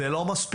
זה לא מספיק.